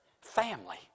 family